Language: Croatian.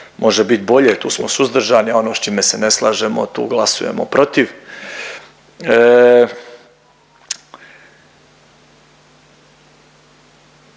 može bit bolje tu smo suzdržani, ono s čime se ne slažemo tu glasujemo protiv.